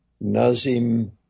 Nazim